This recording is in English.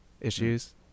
issues